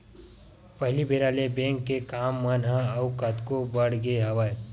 पहिली बेरा ले बेंक के काम मन ह अउ कतको बड़ गे हवय